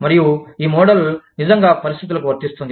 మరియు ఈ మోడల్ నిజంగా పరిస్థితులకు వర్తిస్తుంది